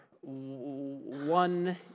one